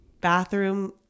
bathroom